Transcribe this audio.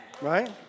Right